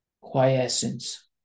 quiescence